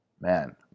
man